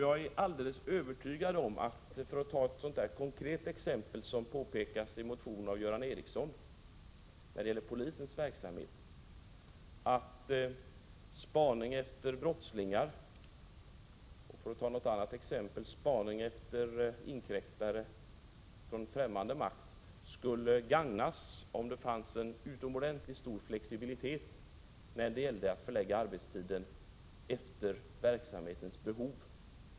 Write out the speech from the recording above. Jag är alldeles övertygad om, för att ta ett sådant konkret exempel som anförs i motionen av Göran Ericsson om arbetstiderna inom polisväsendet, att spaning efter brottslingar, liksom även spaning efter inkräktare från främmande makt, skulle gagnas om det fanns en utomordentligt stor flexibilitet i möjligheterna att förlägga arbetstiden efter verksamhetens behov.